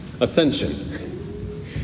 Ascension